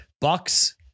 Bucks